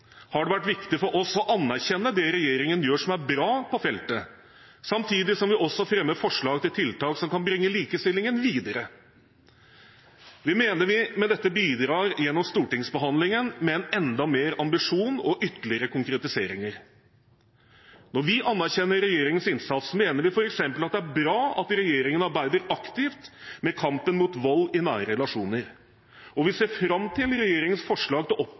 har det vært viktig for oss å anerkjenne det regjeringen gjør som er bra på feltet, samtidig som vi også fremmer forslag til tiltak som kan bringe likestillingen videre. Vi mener vi med dette bidrar gjennom stortingsbehandlingen med en enda større ambisjon og ytterligere konkretiseringer. Når vi anerkjenner regjeringens innsats, mener vi f.eks. at det er bra at regjeringen arbeider aktivt med kampen mot vold i nære relasjoner, vi ser fram til regjeringens forslag til